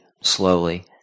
slowly